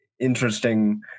interesting